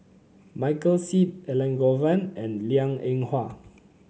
Michael Seet Elangovan and Liang Eng Hwa